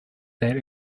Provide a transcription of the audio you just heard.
that